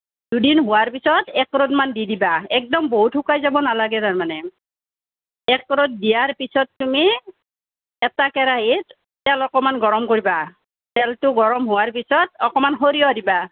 দুদিন হোৱাৰ পিছত এক ৰ'দমান দি দিবা একদম বহুত শুকাই যাব নালাগে তাৰমানে এক ৰ'দ দিয়াৰ পিছত তুমি এটা কেৰাহীত তেল অকণমান গৰম কৰিবা তেলটো গৰম হোৱাৰ পিছত অকণমান সৰিয়হ দিবা